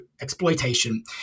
exploitation